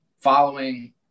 following –